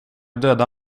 döda